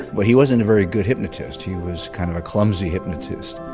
but he wasn't a very good hypnotist. he was kind of a clumsy hypnotist